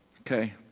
okay